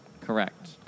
Correct